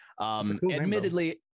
Admittedly